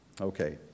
Okay